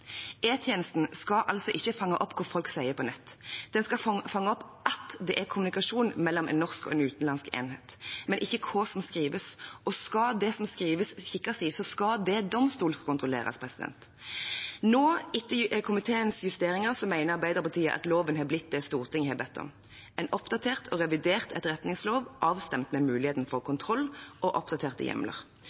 skal altså ikke fange opp hva folk sier på nett. Den skal fange opp at det er kommunikasjon mellom en norsk og en utenlandsk enhet, men ikke hva som skrives. Skal det som skrives kikkes i, skal det domstolkontrolleres. Nå, etter komiteens justeringer, mener Arbeiderpartiet at loven har blitt det Stortinget har bedt om: en oppdatert og revidert etterretningslov avstemt med muligheten for kontroll og oppdaterte hjemler.